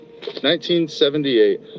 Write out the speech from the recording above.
1978